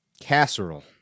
Casserole